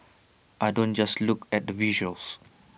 I don't just look at the visuals